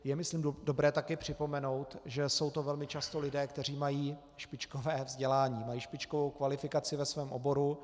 Je myslím dobré připomenout, že jsou to velmi často lidé, kteří mají špičkové vzdělání, mají špičkovou kvalifikaci ve svém oboru.